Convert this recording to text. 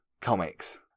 comics